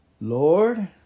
Lord